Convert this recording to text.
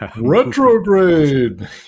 Retrograde